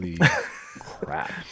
crap